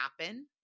happen